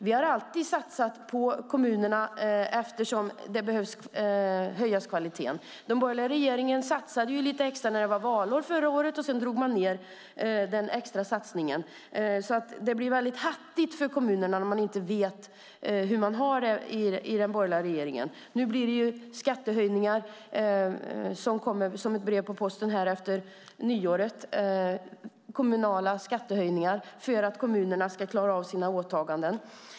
Vi har alltid satsat på kommunerna eftersom kvaliteten behöver höjas. Den borgerliga regeringen satsade lite extra när det var valår förra året, och sedan drog man ned den extra satsningen. Det blir väldigt hattigt för kommunerna när man inte vet hur det är i den borgerliga regeringen. Nu kommer skattehöjningar som ett brev på posten efter nyår, kommunala skattehöjningar för att kommunerna ska klara av sina åtaganden.